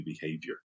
behavior